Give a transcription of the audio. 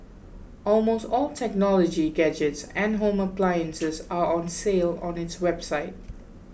almost all technology gadgets and home appliances are on sale on its website